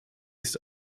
ist